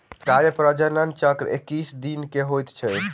गाय मे प्रजनन चक्र एक्कैस दिनक होइत अछि